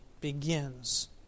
begins